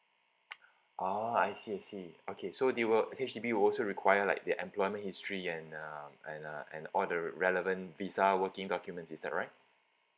oh I see I see okay so they will H_D_B will also require like their employment history and uh and uh and all the relevant visa working documents is that right